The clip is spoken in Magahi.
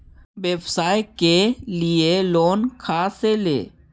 व्यवसाय के लिये लोन खा से ले?